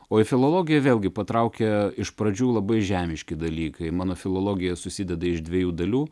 o į filologiją vėlgi patraukė iš pradžių labai žemiški dalykai mano filologija susideda iš dviejų dalių